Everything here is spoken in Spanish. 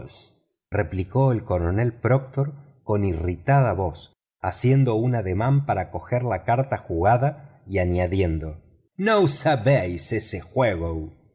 replicó el coronel proctor con irritada voz haciendo ademán de tomar la carta jugada y añadiendo no sabéis ese juego